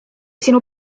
sinu